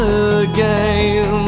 again